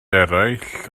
eraill